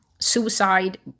suicide